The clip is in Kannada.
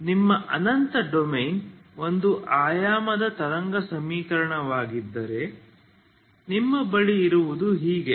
ನಿಮ್ಮ ಅನಂತ ಡೊಮೇನ್ ಒಂದು ಆಯಾಮದ ತರಂಗ ಸಮೀಕರಣವಾಗಿದ್ದರೆ ನಿಮ್ಮ ಬಳಿ ಇರುವುದು ಹೀಗೆ